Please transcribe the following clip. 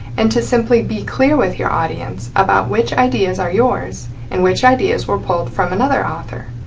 and to simply be clear with your audience about which ideas are yours and which ideas were pulled from another author,